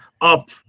up